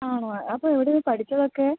ആണോ അപ്പം എവിടെയാ പഠിച്ചത് ഒക്കെ